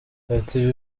ati